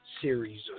series